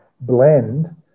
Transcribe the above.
blend